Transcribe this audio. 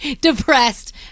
depressed